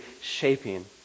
shaping